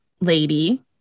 lady